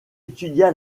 étudia